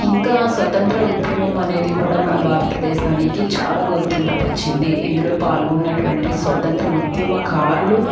ఇంకా స్వతంత్య్ర ఉద్యమం అనేది కూడా మన భారతదేశానికి చాలా గుర్తింపు తెచ్చింది ఇందులో పాల్గొన్నటువంటి స్వతంత్య్ర ఉద్యమకారులు